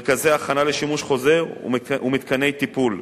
מרכזי הכנה לשימוש חוזר ומתקני טיפול.